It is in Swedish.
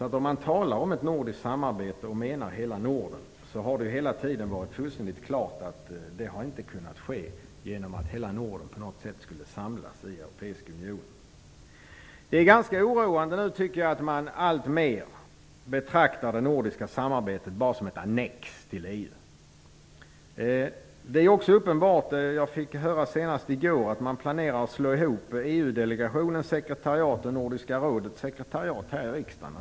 Det talas om ett nordiskt samarbete. Menar man då hela Norden? Det har hur som helst hela tiden stått klart att hela Norden inte kommer att samlas i Det är ganska oroande att man nu alltmer betraktar det nordiska samarbetet bara som ett annex till EU. Det är också uppenbart, och jag fick höra det senast i går, att man planerar att slå ihop EU-delegationens sekretariat och Nordiska rådets sekretariat här i riksdagen.